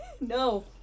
No